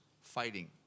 fighting